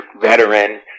veteran